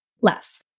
less